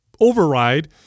override